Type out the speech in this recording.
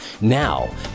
Now